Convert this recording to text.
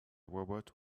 robot